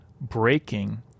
breaking